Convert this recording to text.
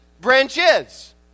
branches